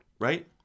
Right